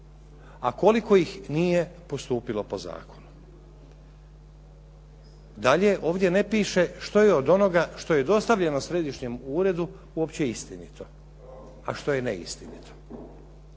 A koliko ih nije postupilo po zakonu. Dalje, ovdje ne piše što je od onoga što je dostavljeno Središnjem uredu uopće istinito, a što je neistinito.